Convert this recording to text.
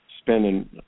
spending